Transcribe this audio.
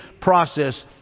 process